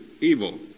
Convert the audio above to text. evil